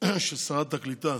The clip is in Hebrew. ששרת הקליטה